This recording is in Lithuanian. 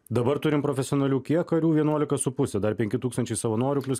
dabar turim profesionalių kiek karių vienuolika su puse dar penki tūkstančiai savanorių plius